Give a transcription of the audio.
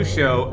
Show